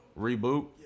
Reboot